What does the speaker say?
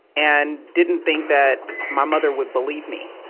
and didn't think that my mother would believe me.